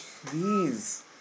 please